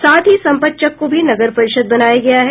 साथ ही साथ संपतचक को भी नगर परिषद बनाया गया है